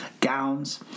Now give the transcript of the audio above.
gowns